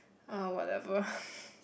ah whatever